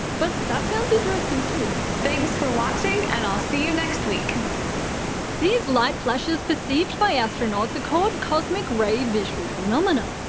but that sounds interesting too. thanks for watching, and i'll see you next week. vanessa these light flashes perceived by astronauts are called cosmic ray visual phenomena.